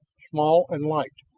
small and light,